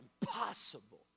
impossible